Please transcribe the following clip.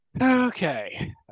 Okay